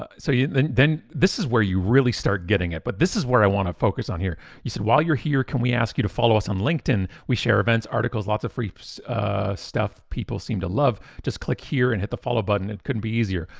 ah so then then this is where you really start getting it. but this is where i wanna focus on here. you said, while you're here, can we ask you to follow us on linkedin? we share events, articles, lots of free stuff people seem to love, just click here and hit the follow button. it couldn't be easier.